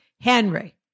Henry